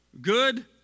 good